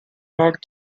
rock